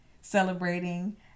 celebrating